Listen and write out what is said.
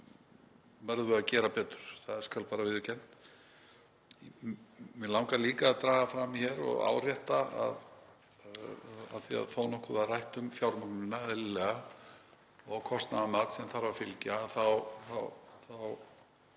þá verðum við að gera betur. Það skal bara viðurkennt. Mig langar líka að draga fram hér og árétta, af því að þó nokkuð var rætt um fjármögnunina, eðlilega, og kostnaðarmat sem þarf að fylgja,